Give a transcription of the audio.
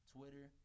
Twitter